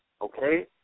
okay